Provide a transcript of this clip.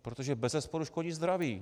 Protože bezesporu škodí zdraví.